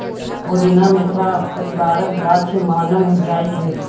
पोदीना Mentha परिबारक गाछ मानल जाइ छै